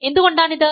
എന്തുകൊണ്ടാണിത്